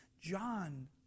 John